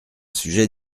sujet